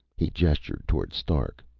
he gestured toward stark.